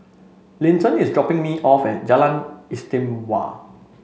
Linton is dropping me off at Jalan Istimewa